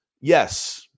Yes